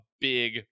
big